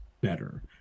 better